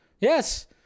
Yes